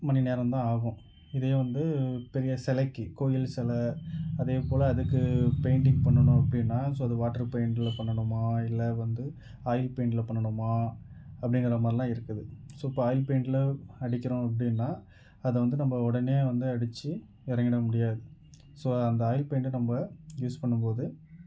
மணி நேரம் தான் ஆகும் இதையும் வந்து பெரிய செலைக்கு கோவில் செலை அதே போல் அதுக்கு பெயிண்ட்டிங் பண்ணனும் அப்படின்னா ஸோ அத வாட்டர் பெயிண்ட்டில் பண்ணணுமா இல்லை வந்து ஆயில் பெயிண்ட்டில் பண்ணணுமா அப்படிங்குற மாதிரிலாம் இருக்குது ஸோ இப்போ ஆயில் பெயிண்ட்டில் அடிக்கிறோம் அப்படினா அதை வந்து நம்ம உடனே வந்து அடித்து வரையலாம் முடியாது ஸோ அந்த ஆயில் பெயிண்ட்டை நம்ம யூஸ் பண்ணும் போது